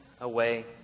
away